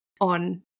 on